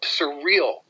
Surreal